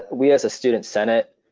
we as a student senate,